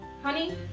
Honey